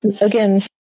again